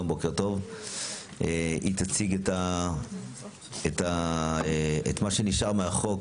היא תציג את מה שנשאר מהחוק.